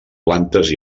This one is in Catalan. plantes